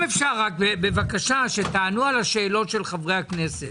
בבקשה תענו על שאלות חברי הכנסת.